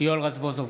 יואל רזבוזוב,